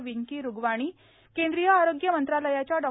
विंकी रूगवाणी केंद्रीय आरोग्य मंत्रालयाच्या डॉ